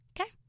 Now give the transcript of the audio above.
okay